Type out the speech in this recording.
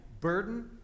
burden